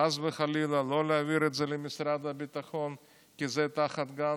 חס וחלילה לא להעביר את זה למשרד הביטחון כי זה תחת גנץ,